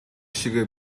шигээ